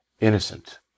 innocent